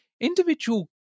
Individual